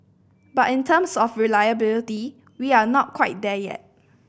but in terms of reliability we are not quite there yet